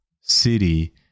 city